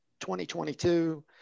2022